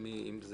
אתם,